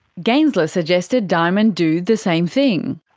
gaensler suggested diamond do the same thing.